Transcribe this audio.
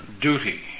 duty